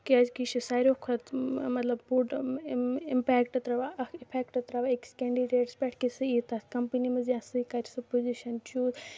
کیازِ کہِ یہِ چھِ ساروٕے کھۄتہٕ مطلب بوٚڑ اِمپیکٹ تراوان اکھ اِفیکٹ تراوان أکِس کینڈِڈیٹَس پٮ۪ٹھ کہِ سُہ یہِ تَتھ کَمپٔنۍ منٛز تہٕ سُہ کرِ سُہ پُوٚزِشن چوٗز